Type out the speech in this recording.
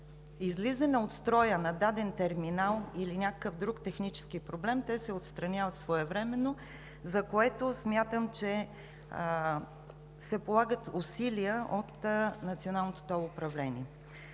излизане от строя на даден терминал или някакъв друг технически проблем, те се отстраняват своевременно, за което смятам, че се полагат усилия от Националното тол управление.